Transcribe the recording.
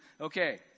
Okay